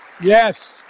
Yes